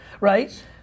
Right